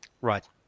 Right